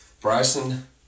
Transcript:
Bryson